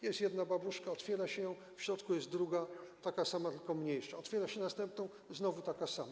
Jest jedna babuszka, otwiera się ją, w środku jest druga, taka sama tylko mniejsza, otwiera się następną - znowu taka sama.